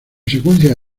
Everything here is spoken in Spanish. secuencia